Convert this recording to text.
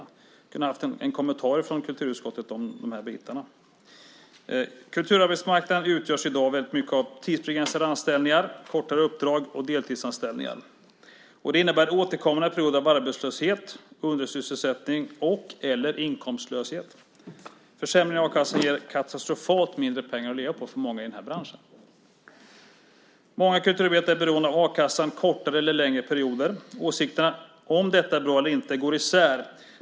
Vi borde få en kommentar från kulturutskottet om de bitarna. Kulturarbetsmarknaden utgörs i dag väldigt mycket av tidsbegränsade anställningar, kortare uppdrag och deltidsanställningar. Det innebär återkommande perioder av arbetslöshet, undersysselsättning eller inkomstlöshet. Försämring av a-kassan ger katastrofalt mindre pengar att leva på för många i den här branschen. Många kulturarbetare är beroende av a-kassan kortare eller längre perioder. Åsikterna om detta är bra eller inte går isär.